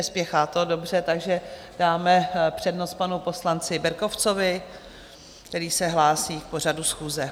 Nespěchá to, dobře, takže dáme přednost panu poslanci Berkovcovi, který se hlásí k pořadu schůze.